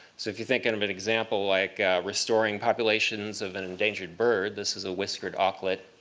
so if you think and of an example like restoring populations of an endangered bird this is a whiskered auklet